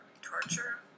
torture